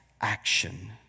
action